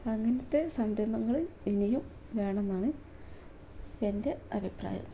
അങ്ങനത്തെ സംരംഭങ്ങൾ ഇനിയും വേണമെന്നാണ് എൻ്റെ അഭിപ്രായം